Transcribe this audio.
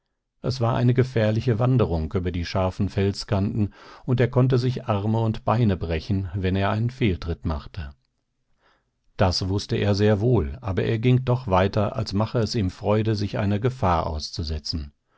es war eine gefährliche wanderung über die scharfen felskanten und er konnte sich arme und beine brechen wenn er einen fehltritt machte das wußte er sehr wohl aber er ging doch weiter als mache es ihm freude sich einer gefahr auszusetzen